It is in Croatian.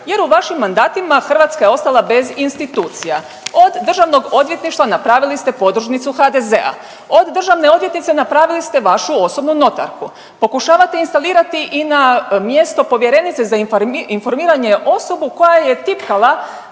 Jer u vašim mandatima Hrvatska je ostala bez institucija. Od Državnog odvjetništva napravili ste podružnicu HDZ-a, od državne odvjetnice napravili ste vašu notarku. Pokušavate instalirati i na mjesto povjerenice za informiranje osobu koja je tipkala